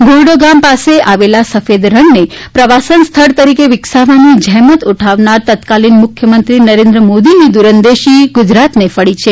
ઘોરડો ગામ પાસે આવેલા સફેદ રણને પ્રવાસન સ્થળ તરીકે વિકસાવવાની જહેમત ઉઠાવનાર તત્કાલિન મુખ્યમંત્રી નરેન્દ્ર મોદીની દૂરંદેશી ગુજરાતને ફળી છે